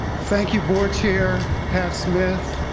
thank you board chair pat smith,